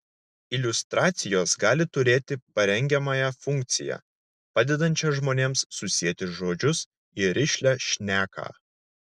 iliustracijos gali turėti parengiamąją funkciją padedančią žmonėms susieti žodžius į rišlią šneką